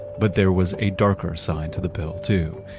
but there was a darker side to the pill too.